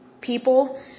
people